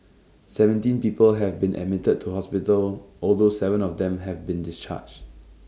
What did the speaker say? seventeen people have been admitted to hospital although Seven of them have been discharged